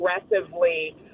aggressively